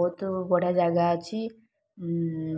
ବହୁତ ବଢ଼ିଆ ଜାଗା ଅଛି